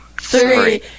three